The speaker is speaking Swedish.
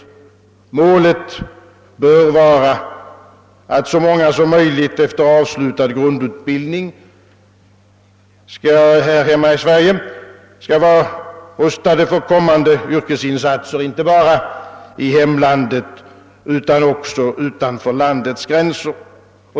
Målet bör vara att så många som möjligt efter avslutad grundutbildning här hemma i Sverige skall vara rustade för kommande yrkesinsatser inte bara i hemlandet utan också utanför landets gränser.